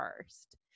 first